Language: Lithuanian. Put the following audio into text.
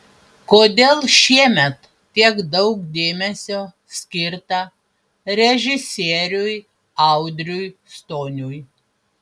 kodėl šiemet tiek daug dėmesio skirta režisieriui audriui stoniui